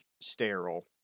sterile